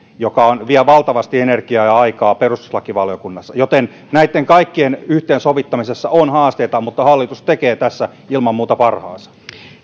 joka vie valtavasti energiaa ja aikaa perustuslakivaliokunnassa joten näitten kaikkien yhteensovittamisessa on haasteita mutta hallitus tekee tässä ilman muuta parhaansa